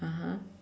(uh huh)